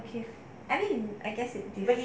okay I mean I guess okay